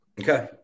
Okay